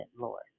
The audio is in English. Lord